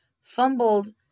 fumbled